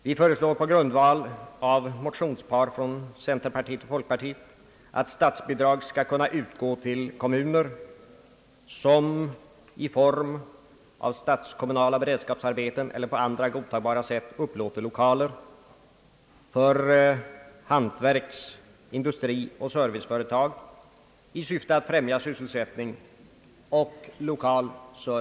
Vi föreslår i likhet med motionspar från folkpartiet och centerpartiet, att statsbidrag må kunna utgå till kommuner som i form av statskommunala beredskapsarbeten eller på andra godtagbara sätt uppför lokaler för hantverks-, industrioch serviceföretag.